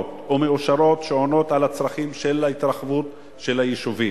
ומאושרות שעונות על הצרכים של ההתרחבות של היישובים.